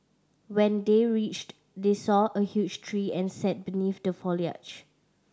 when they reached they saw a huge tree and sat beneath the foliage